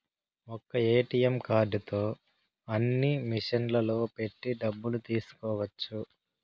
ఒక్క ఏటీఎం కార్డుతో అన్ని మిషన్లలో పెట్టి డబ్బులు తీసుకోవచ్చు